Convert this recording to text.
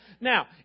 Now